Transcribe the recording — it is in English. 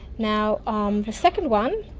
now, um the second one.